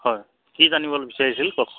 হয় কি জানিবলৈ বিচাৰিছিল কওক